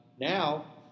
Now